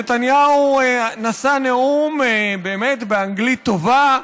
נתניהו נשא נאום באנגלית באמת טובה,